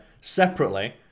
separately